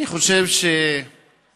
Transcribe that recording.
אני חושב שקואליציה